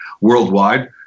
Worldwide